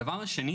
הדבר השני,